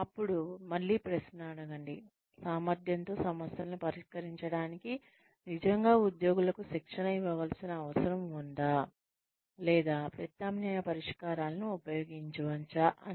అప్పుడు మళ్ళీ ప్రశ్న అడగండి సామర్థ్యంతో సమస్యలను పరిష్కరించడానికి నిజంగా ఉద్యోగులకు శిక్షణ ఇవ్వవలసిన అవసరం ఉందా లేదా ప్రత్యామ్నాయ పరిష్కారాలను ఉపయోగించవచ్చా అని